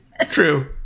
True